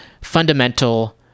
fundamental